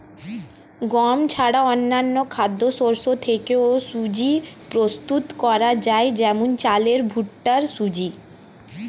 গম ছাড়া অন্যান্য খাদ্যশস্য থেকেও সুজি প্রস্তুত করা যায় যেমন চালের ভুট্টার সুজি